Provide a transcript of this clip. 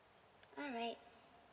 alright